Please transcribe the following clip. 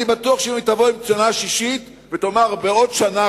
אני בטוח שאם תבואו עם שנה שישית ותאמרו: בעוד שנה,